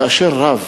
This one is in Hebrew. כאשר רב